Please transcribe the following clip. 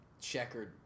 checkered